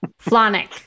Flonic